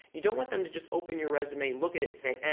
you don't want them to just open your resume, look at it, and say, ah.